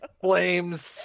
Flames